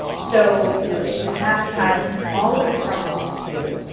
so you know if you have a child who's always struggled in school,